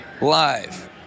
live